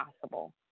possible